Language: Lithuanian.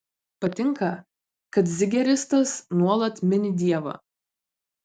patinka kad zigeristas nuolat mini dievą